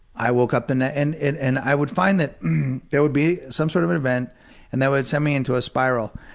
i woke up the next and and and i would find that there would be some sort of an event and that would send me into a spiral.